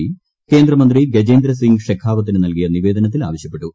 P കേന്ദ്രമന്ത്രി ഗജേന്ദ്രസിങ്ങ് ഷെഖാവത്തിന് നൽകിയ നിവേദനത്തിൽ ആവശ്യപ്പെട്ടു